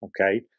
okay